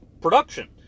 production